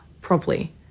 properly